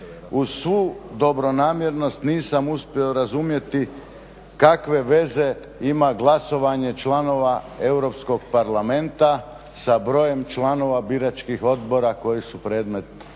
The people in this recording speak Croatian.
Uz svu dobronamjernost nisam uspio razumjeti kakve veze ima glasovanje članova Europskog parlamenta sa brojem članova biračkih odbora koji su predmet